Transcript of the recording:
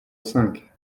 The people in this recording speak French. cinq